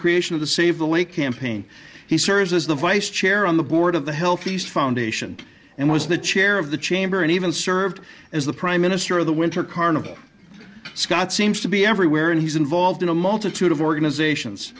creation of the save the lake campaign he serves as the vice chair on the board of the healthiest foundation and was the chair of the chamber and even served as the prime minister of the winter carnival scott seems to be everywhere and he's involved in a multitude of organizations